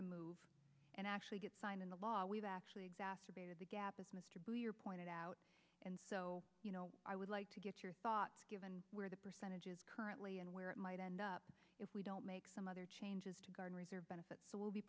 to move and actually get signed into law we've actually exacerbated the gap as mr bill your pointed out and so you know i would like to get your thought given where the percentage is currently and where it might end up if we don't make some other changes to garner their benefits that will be